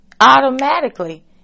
Automatically